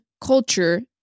culture